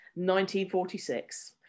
1946